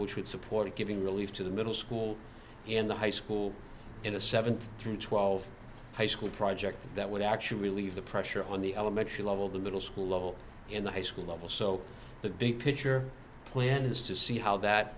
which would support giving relief to the middle school in the high school in a seven through twelve high school project that would actually leave the pressure on the elementary level the middle school level in the high school level so the big picture plan is to see how that